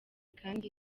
kandi